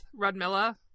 Rudmilla